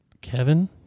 Kevin